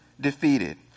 defeated